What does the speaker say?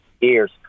years